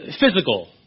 physical